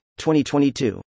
2022